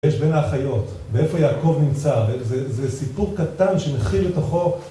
יש בין האחיות, ואיפה יעקב נמצא, זה סיפור קטן שמכיל לתוכו